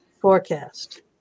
forecast